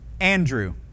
Andrew